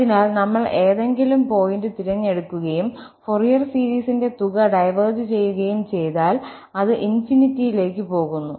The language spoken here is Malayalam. അതിനാൽ നമ്മൾ ഏതെങ്കിലും പോയിന്റ് തിരഞ്ഞെടുക്കുകയും ഫൊറിയർ സീരീസിന്റെ തുക ഡൈവേർജ് ചെയ്യുകയും ചെയ്താൽ അത് ∞ ലേക്ക് പോകുന്നു